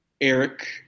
Eric